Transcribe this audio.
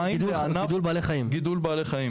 גידול בעלי חיים.